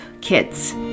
kids